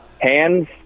hands